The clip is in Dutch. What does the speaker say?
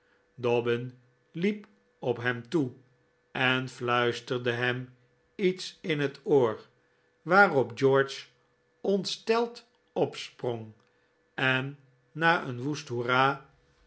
dobbin liep op hem toe en fluisterde hem iets in het oor waarop george ontsteld opsprong en na een woest hoera